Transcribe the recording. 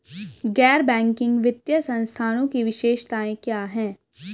गैर बैंकिंग वित्तीय संस्थानों की विशेषताएं क्या हैं?